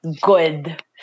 good